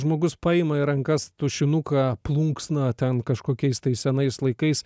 žmogus paima į rankas tušinuką plunksną ten kažkokiais tai senais laikais